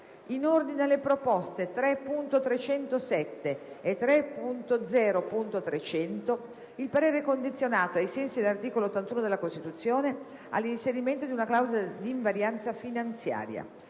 In ordine alle proposte 3.307 e 3.0.300, il parere è condizionato, ai sensi dell'articolo 81 della Costituzione, all'inserimento di una clausola d'invarianza finanziaria.